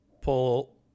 pull